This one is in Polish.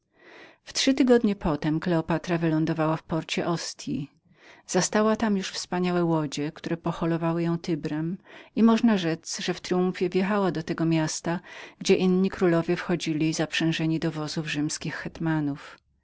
trzy tygodnie potem kleopatra wylądowała w porcie ostji zastała tam już wspaniałe łodzie które poholowały ją tybrem i można rzec że w tryumfie wjechała do tego miasta gdzie inni królowie wchodzili zaprzężeni do wozów rzymskich hetmanów